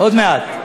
עוד מעט.